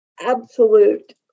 absolute